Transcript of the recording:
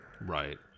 Right